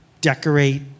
decorate